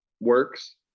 works